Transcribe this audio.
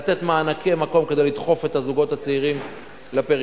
לתת מענקי מקום כדי לדחוף את הזוגות הצעירים לפריפריה.